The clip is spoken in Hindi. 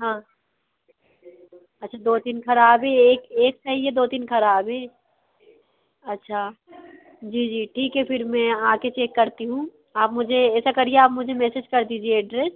हाँ अच्छा दो तीन ख़राब है या एक एक सही है दो तीन ख़राब है अच्छा जी जी ठीक है फिर मैं आ कर चेक करती हूँ आप मुझे ऐसा करिए आप मुझे मैसेज कर दीजिए एड्रैस